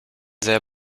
sehr